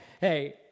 hey